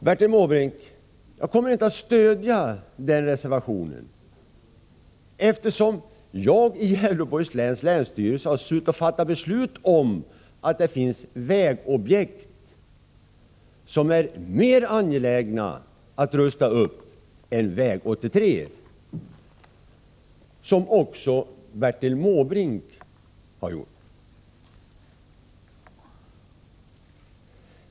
Herr talman! Nej, Bertil Måbrink, jag kommer inte att stödja den reservationen, eftersom jag i Gävleborgs läns länsstyrelse har varit med och fattat beslut om att det finns vägobjekt som är mera angelägna att rusta upp än väg 83. Det beslutet har också Bertil Måbrink varit med om att fatta.